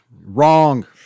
Wrong